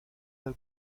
del